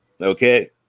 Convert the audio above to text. Okay